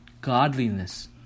Godliness